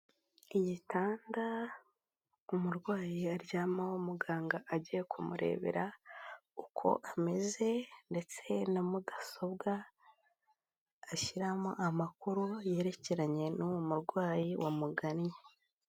Igitanda umurwayi aryamaho muganga agiye kumurebera uko ameze, ndetse na mudasobwa ashyiramo amakuru yerekeranye n'uwo murwayi wamugannye.